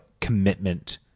commitment